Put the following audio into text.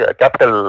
capital